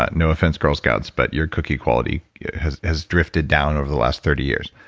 ah no offense girl scouts, but your cookie quality has has drifted down over the last thirty years.